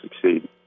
succeed